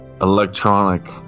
electronic